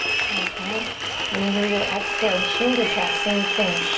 spinal column and then here we go, exhale, chin to chest. same thing.